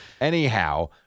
Anyhow